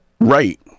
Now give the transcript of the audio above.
Right